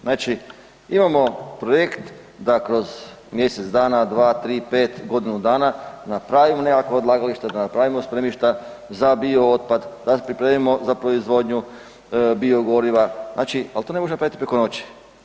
Znači, imamo projekt da kroz mjesec dana, 2, 3, 5, godinu dana napravimo nekakvo odlagalište, da napravimo spremišta za biootpad, da pripremimo za proizvodnju biogoriva, znači, ali to ne možemo napraviti preko noći.